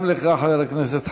גם לך, חבר הכנסת חנין,